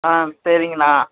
ஆ சரிங்கண்ணா